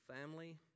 family